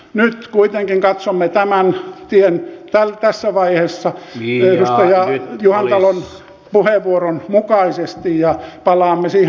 nyt kuitenkin katsomme tämän tien tässä vaiheessa edustaja juhantalon puheenvuoron mukaisesti ja palaamme siihen asiaan myöhemmin